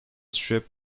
strip